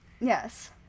Yes